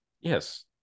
Yes